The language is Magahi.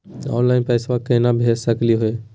ऑनलाइन पैसवा केना भेज सकली हे?